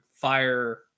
fire